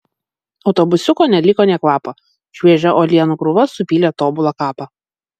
autobusiuko neliko nė kvapo šviežia uolienų krūva supylė tobulą kapą